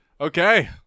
Okay